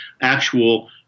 actual